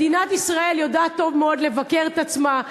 מדינת ישראל יודעת טוב מאוד לבקר את עצמה,